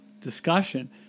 discussion